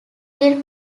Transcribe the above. will